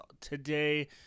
today